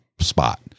spot